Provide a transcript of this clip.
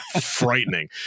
frightening